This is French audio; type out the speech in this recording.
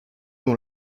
dont